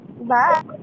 Bye